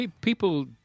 People